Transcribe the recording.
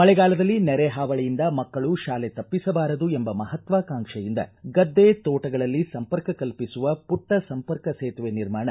ಮಳೆಗಾಲದಲ್ಲಿ ನೆರೆ ಹಾವಳಿಯಿಂದ ಮಕ್ಕಳು ಶಾಲೆ ತಪ್ಪಿಸಬಾರದು ಎಂಬ ಮಹತ್ವಾಕಾಂಕ್ಷೆಯಿಂದ ಗದ್ದೆ ತೋಟಗಳಲ್ಲಿ ಸಂಪರ್ಕ ಕಲ್ಪಿಸುವ ಪುಟ್ಟ ಸಂಪರ್ಕ ಸೇತುವೆ ನಿರ್ಮಾಣ ಈ ಯೋಜನೆ ಅಡಿ ನಡೆಯುತ್ತಿದೆ